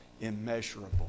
immeasurable